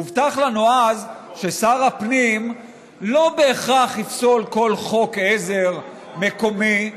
הובטח לנו אז ששר הפנים לא בהכרח יפסול כל חוק עזר מקומי,